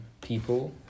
people